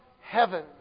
heaven